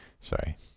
sorry